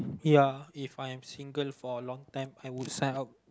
ya If I am single for a long time I would sign up